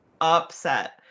upset